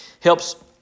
helps